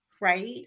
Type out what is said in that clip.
right